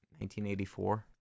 1984